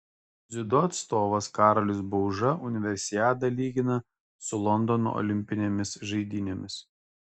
dziudo atstovas karolis bauža universiadą lygina su londono olimpinėmis žaidynėmis